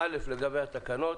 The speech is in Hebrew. לגבי התקנות.